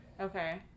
Okay